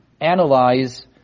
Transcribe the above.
analyze